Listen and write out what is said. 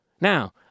Now